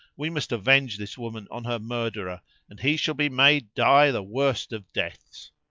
we must avenge this woman on her murderer and he shall be made die the worst of deaths!